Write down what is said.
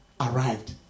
arrived